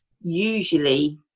Usually